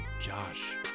Josh